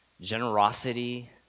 generosity